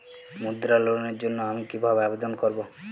মুদ্রা লোনের জন্য আমি কিভাবে আবেদন করবো?